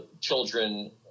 children